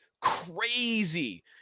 crazy